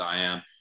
IAM